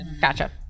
gotcha